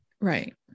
right